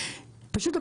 פשוט,